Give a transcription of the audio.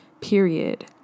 period